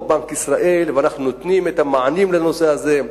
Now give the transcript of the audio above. בנק ישראל ואנחנו נותנים את המענים לנושא הזה,